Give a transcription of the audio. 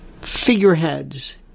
figureheads